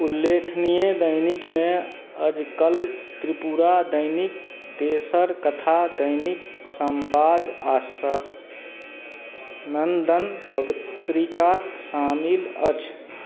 उल्लेखनीय दैनिकमे आजकल त्रिपुरा दैनिक देशर कथा दैनिक संवाद आस आनन्दन पवित्रिकाक शामिल अछि